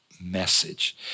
message